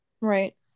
Right